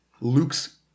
Luke's